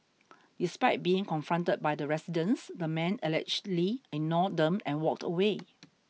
despite being confronted by the residents the man allegedly ignored them and walked away